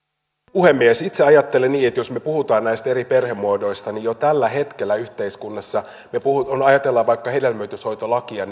puhemies itse ajattelen niin että jos me puhumme näistä eri perhemuodoista niin jo tällä hetkellä yhteiskunnassa kun ajatellaan vaikka hedelmöityshoitolakia